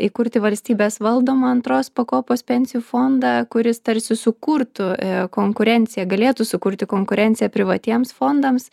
įkurti valstybės valdomą antros pakopos pensijų fondą kuris tarsi sukurtų konkurenciją galėtų sukurti konkurenciją privatiems fondams